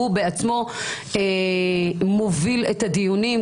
הוא בעצמו מוביל את הדיונים,